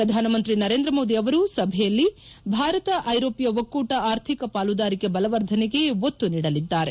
ಪ್ರಧಾನಮಂತ್ರಿ ನರೇಂದ್ರ ಮೋದಿ ಅವರು ಸಭೆಯಲ್ಲಿ ಭಾರತ ಐರೋಷ್ಠ ಒಕ್ಕೂಟ ಆರ್ಥಿಕ ಪಾಲುದಾರಿಕೆ ಬಲವರ್ಧನೆಗೆ ಒತ್ತು ನೀಡಲಿದ್ದಾರೆ